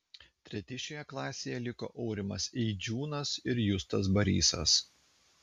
treti šioje klasėje liko aurimas eidžiūnas ir justas barysas